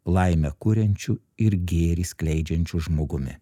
laimę kuriančiu ir gėrį skleidžiančiu žmogumi